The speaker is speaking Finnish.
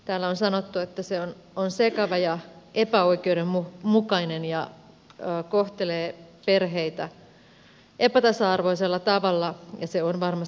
täällä on sanottu että se on sekava ja epäoikeudenmukainen ja kohtelee perheitä epätasa arvoisella tavalla ja se on varmasti totta